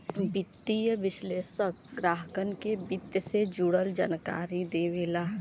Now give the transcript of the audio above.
वित्तीय विश्लेषक ग्राहकन के वित्त से जुड़ल जानकारी देवेला